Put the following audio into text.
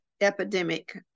epidemic